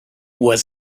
was